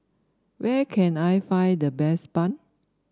where can I find the best bun